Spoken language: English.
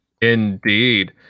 Indeed